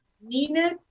Nina